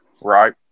right